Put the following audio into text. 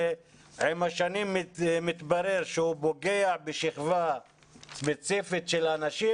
עם השנים מתברר שהוא פוגע בשכבה ספציפית של אנשים,